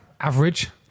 Average